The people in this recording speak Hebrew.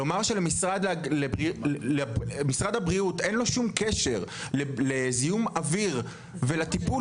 לומר שלמשרד הבריאות אין לו שום קשר לזיהום אוויר ולטיפול